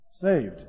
Saved